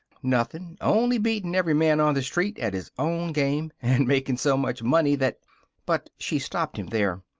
nothin' only beatin' every man on the street at his own game, and makin' so much money that but she stopped him there.